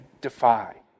defy